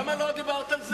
למה לא דיברת על זה אז?